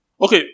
Okay